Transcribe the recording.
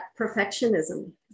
perfectionism